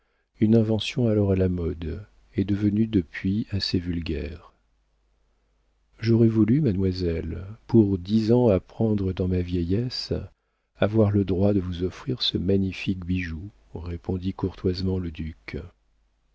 une invention alors à la mode et devenue depuis assez vulgaire j'aurais voulu mademoiselle pour dix ans à prendre dans ma vieillesse avoir le droit de vous offrir ce magnifique bijou répondit courtoisement le duc